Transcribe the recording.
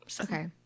Okay